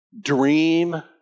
dream